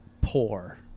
poor